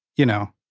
you know,